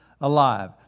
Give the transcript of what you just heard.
alive